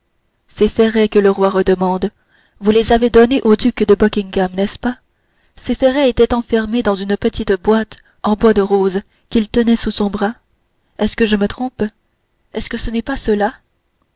que le roi redemande vous les avez donnés au duc de buckingham n'est-ce pas ces ferrets étaient enfermés dans une petite boîte en bois de rose qu'il tenait sous son bras est-ce que je me trompe est-ce que ce n'est pas cela